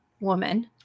woman